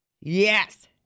Yes